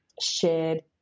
shared